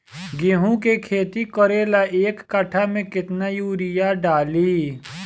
गेहूं के खेती करे ला एक काठा में केतना युरीयाँ डाली?